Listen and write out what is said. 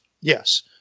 Yes